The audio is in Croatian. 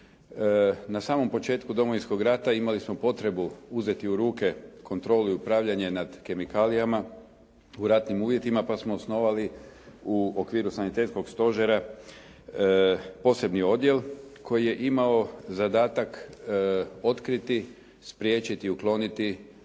Na samom početku Domovinskog rata imali smo potrebu uzeti u ruke kontrolu i upravljanje nad kemikalijama u ratnim uvjetima pa smo osnovali u okviru Sanitetskog stožera posebni odjel koji je imao zadatak otkriti, spriječiti i ukloniti sve